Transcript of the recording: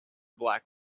black